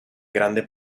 grande